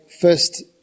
first